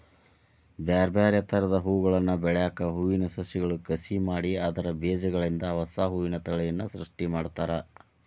ಬ್ಯಾರ್ಬ್ಯಾರೇ ತರದ ಹೂಗಳನ್ನ ಬೆಳ್ಯಾಕ ಹೂವಿನ ಸಸಿಗಳ ಕಸಿ ಮಾಡಿ ಅದ್ರ ಬೇಜಗಳಿಂದ ಹೊಸಾ ಹೂವಿನ ತಳಿಯನ್ನ ಸೃಷ್ಟಿ ಮಾಡ್ತಾರ